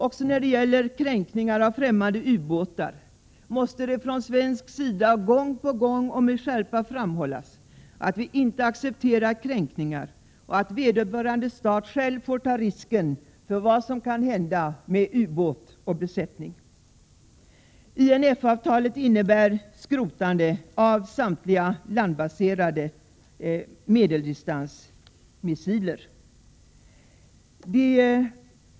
Också när det gäller kränkningar genom främmande ubåtar måste det från svensk sida gång på gång och med skärpa framhållas att vi inte accepterar kränkningar och att vederbörande stat själv får ta risken för vad som kan hända ubåt och besättning. INF-avtalet innebär skrotande av samtliga landbaserade medeldistansmissiler.